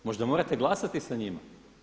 Možda morate glasati sa njima?